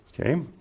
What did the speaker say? Okay